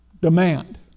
demand